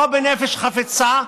לא בנפש חפצה,